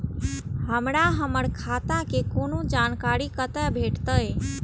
हमरा हमर खाता के कोनो जानकारी कते भेटतै